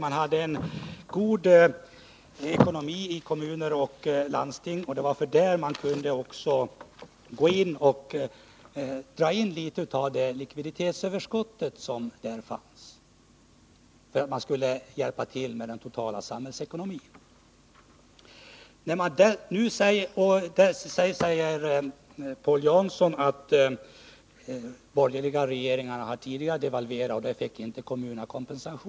Kommuner och landsting hade en god ekonomi, och man kunde för att hjälpa den totala samhällsekonomin dra in litet av det likviditetsöverskott som där fanns. Paul Jansson säger vidare att också de borgerliga regeringarna tidigare har devalverat och att kommunerna då inte fick någon kompensation.